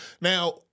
Now